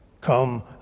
Come